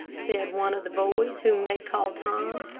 said one of the boys, whom they called tom.